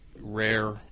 rare